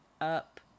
up